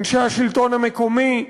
אנשי השלטון המקומי,